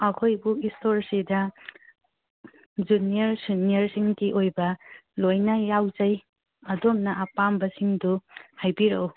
ꯑꯥ ꯑꯩꯈꯣꯏ ꯕꯨꯛ ꯁ꯭ꯇꯣꯔꯁꯤꯗ ꯖꯨꯅꯤꯌꯔ ꯁꯦꯅꯤꯌꯔꯁꯤꯡꯒꯤ ꯑꯣꯏꯕ ꯂꯣꯏꯅ ꯌꯥꯎꯖꯩ ꯑꯗꯣꯝꯅ ꯑꯄꯥꯝꯕꯁꯤꯡꯗꯨ ꯍꯥꯏꯕꯤꯔꯛꯎ